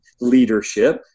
leadership